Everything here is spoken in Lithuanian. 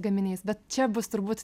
gaminiais bet čia bus turbūt